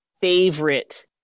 favorite